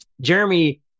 Jeremy